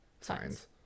Signs